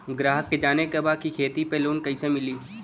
ग्राहक के जाने के बा की खेती पे लोन कैसे मीली?